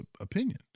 opinion